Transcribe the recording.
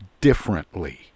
differently